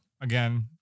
again